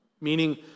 Meaning